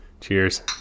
Cheers